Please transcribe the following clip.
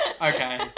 Okay